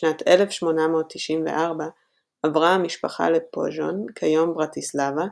בשנת 1894 עברה המשפחה לפוז׳ון, כיום ברטיסלאבה,